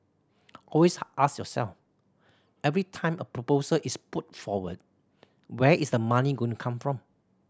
always ask yourself every time a proposal is put forward where is the money going come from